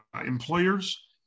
employers